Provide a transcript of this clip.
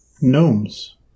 gnomes